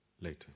Later